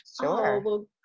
Sure